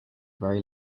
very